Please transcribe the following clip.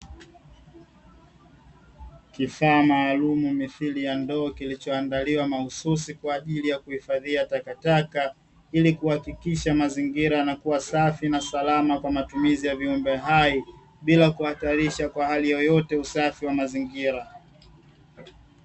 Kifaa maalumu mithili ya ndoo kilichoandaliwa mahususi kwa ajili ya kuhifadhia takataka, ili kuhakikisha mazingira na kuwa safi na salama kwa matumizi ya viumbe hai bila kuhatarisha kwa hali yoyote usafi wa mazingira.